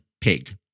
pig